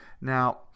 Now